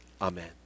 Amen